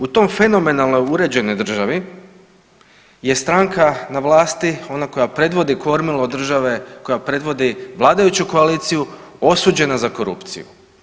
U tom fenomenalno uređenoj državi je stranka na vlasti ona koja predvodi kormilo države, koja predvodi vladajuću koaliciju osuđena za korupciju.